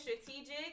strategic